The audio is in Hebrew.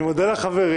אני מודה לחברים.